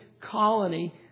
colony